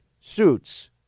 suits